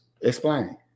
Explain